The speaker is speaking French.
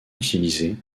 utilisé